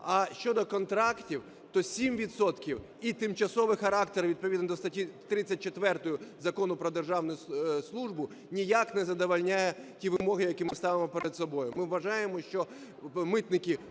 А щодо контрактів, то 7 відсотків і тимчасовий характер відповідно до статті 34 Закону "Про державну службу" ніяк не задовольняє ті вимоги, які ми ставимо перед собою.